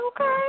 Okay